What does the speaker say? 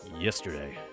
yesterday